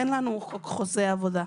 אין לנו חוק חוזי עבודה.